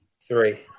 Three